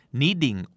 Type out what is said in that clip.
needing